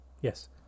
Yes